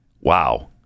Wow